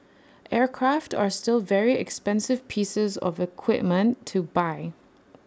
aircraft are still very expensive pieces of equipment to buy